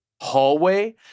hallway